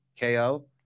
KO